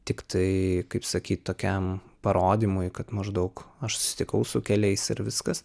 tiktai kaip sakyti tokiam parodymui kad maždaug aš susitikau su keliais ir viskas